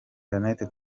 jeannette